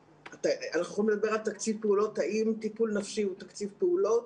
אנחנו יכולים לדבר האם טיפול נפשי הוא תקציב פעולות.